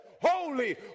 Holy